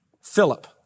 Philip